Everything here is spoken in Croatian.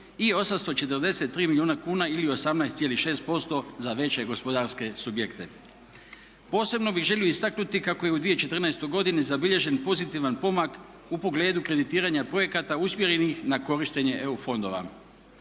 i 843 milijuna kuna ili 18,6% za veće gospodarske subjekte. Posebno bih želio istaknuti kako je u 2014. godini zabilježen pozitivan pomak u pogledu kreditiranja projekata usmjerenih na korištenje EU fondova.